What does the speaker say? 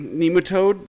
nematode